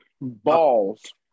balls